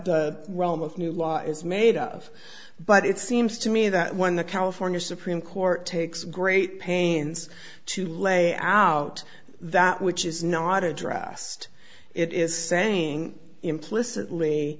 most new law is made of but it seems to me that when the california supreme court takes great pains to lay out that which is not addressed it is saying implicitly